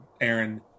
Aaron